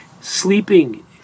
Sleeping